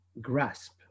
grasp